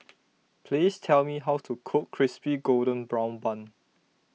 please tell me how to cook Crispy Golden Brown Bun